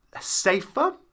safer